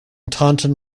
taunton